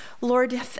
Lord